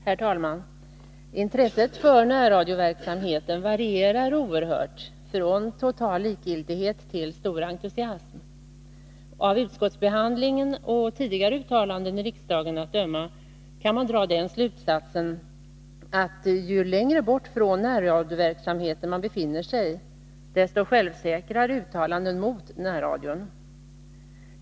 Herr talman! Intresset för närradioverksamheten varierar oerhört, från total likgiltighet till stor entusiasm. Av utskottsbehandlingen och tidigare uttalanden i riksdagen att döma kan man dra den slutsatsen att ju längre bort från närradioverksamhet man befinner sig, desto självsäkrare uttalanden mot närradion kan man göra.